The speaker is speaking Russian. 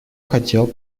хотел